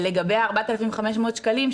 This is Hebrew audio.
לגבי ה-4,500 שקלים,